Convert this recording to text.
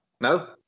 No